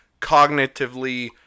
cognitively